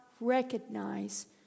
recognize